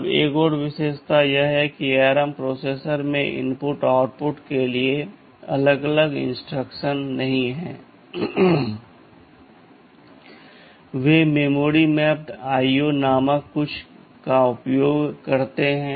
अब एक और विशेषता यह है कि ARM प्रोसेसर में इनपुट आउटपुट के लिए अलग अलग इंस्ट्रक्शन नहीं हैं वे मेमोरी मैप्ड आईओ नामक कुछ का उपयोग करते हैं